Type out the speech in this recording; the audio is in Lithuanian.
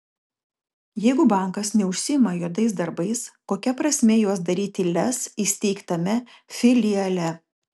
jeigu bankas neužsiima juodais darbais kokia prasmė juos daryti lez įsteigtame filiale